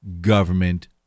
government